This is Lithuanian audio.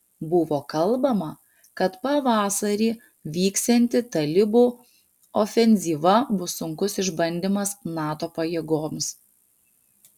buvo kalbama kad pavasarį vyksianti talibų ofenzyva bus sunkus išbandymas nato pajėgoms